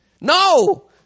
No